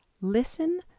Listen